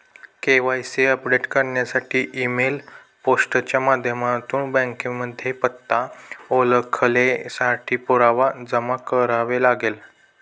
KYC update करण्यासाठी email, post च्या माध्यमातून बँकेमध्ये पत्ता, ओळखेसाठी पुरावा जमा करावे लागेल